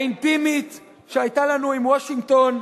האינטימית, שהיתה לנו עם וושינגטון,